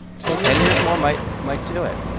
ten ten years more might might do it.